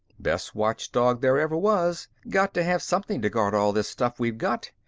best watchdog there ever was. got to have something to guard all this stuff we've got.